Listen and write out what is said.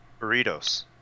Burritos